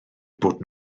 bod